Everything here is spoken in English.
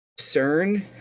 CERN